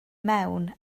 mewn